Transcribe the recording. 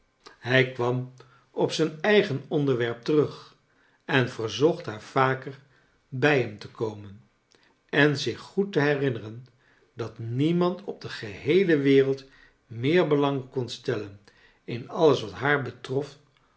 hij kwam op zijn eigen onderwerp terug en verzocht haar vaker bij hem te komen en zich goed te herinneren dat niemand op de geheele wereld meer belang kon stellen in alles wat haar betrof